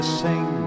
sing